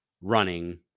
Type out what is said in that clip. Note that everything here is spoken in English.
running